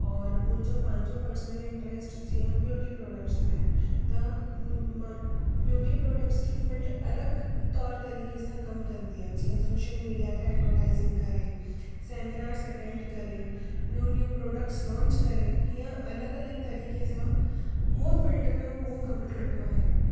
और मुंहिंजो पंहिंजो पर्सनल इंटरेस्ट जीअं ब्यूटी प्रोडक्ट्स में आहे त मुं मां ब्यूटी प्रोडक्ट्स जी फील्ड अलॻि तौर तरीक़े सां कमु कंदी आहे जीअं सोशल मीडिया ते एडवरटाइज़िंग करे सेमिनार्स अटेंड करे न्यू न्यू प्रोडक्ट्स लॉंज करे हीअं अलॻि अलॻि तरीक़े सां हूअ फिल्ड में हुओ कमु थींदो आहे